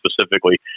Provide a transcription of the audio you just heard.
specifically